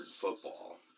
football